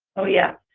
oh yeah,